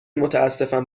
متاسفم